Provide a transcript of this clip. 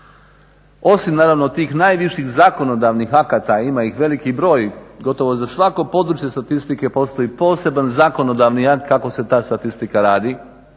Osim naravno tih najviših zakonodavnih akata, ima ih veliki broj, gotovo za svako područje statistike postoji poseban zakonodavni akt kako se ta statistika radi